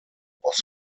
was